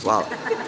Hvala.